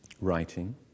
writing